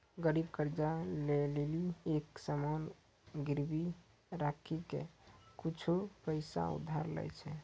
गरीब कर्जा ले लेली एक सामान गिरबी राखी के कुछु पैसा उधार लै छै